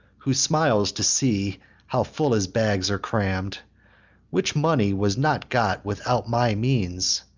who smiles to see how full his bags are cramm'd which money was not got without my means.